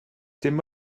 dim